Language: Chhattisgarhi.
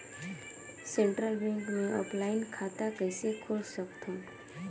सेंट्रल बैंक मे ऑफलाइन खाता कइसे खोल सकथव?